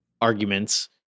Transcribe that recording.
arguments